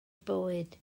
bywyd